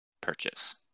purchase